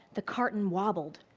the carton wobbled,